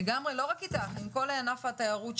זה אפשר להן לקבל הלוואות בתנאים טובים,